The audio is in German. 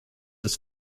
des